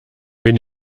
bin